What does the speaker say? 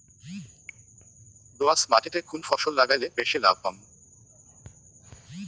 দোয়াস মাটিতে কুন ফসল লাগাইলে বেশি লাভ পামু?